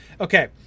Okay